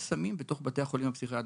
יש סמים בתוך בתי החולים הפסיכיאטרי.